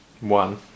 One